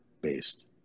based